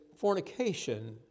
fornication